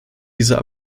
dieser